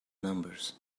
numbers